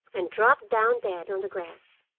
and dropped down dead on the grass.